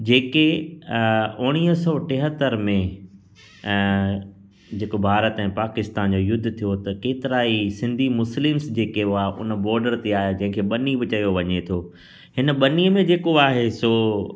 जेके उणिवीह सौ टेहतरि में जेको भारत ऐं पाकिस्तान जो युद्ध थियो हो त केतिरा ई सिंधी मुस्लिम्स जेके हुआ उन बॉर्डर ते आया जंहिं खे ॿनी बि चयो वञे थो हिन ॿनीअ में जेको आहे सो